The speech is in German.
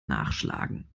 nachschlagen